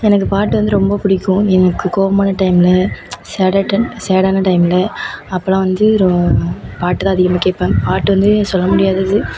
எனக்கு பாட்டு வந்து ரொம்ப பிடிக்கும் எனக்கு கோவமான டைமில் சடா டன் சடான டைமில் அப்போல்லாம் வந்து ரொ பாட்டு தான் அதிகமாக கேட்பேன் பாட்டு வந்து சொல்ல முடியாதது